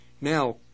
now